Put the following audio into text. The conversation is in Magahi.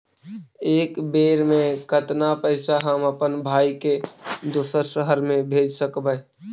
एक बेर मे कतना पैसा हम अपन भाइ के दोसर शहर मे भेज सकबै?